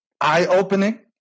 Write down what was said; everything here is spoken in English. eye-opening